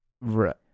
Right